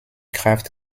kraft